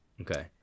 Okay